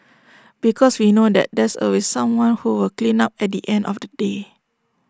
because we know that there's always someone who will clean up at the end of the day